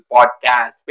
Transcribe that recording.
Podcast